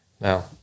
Now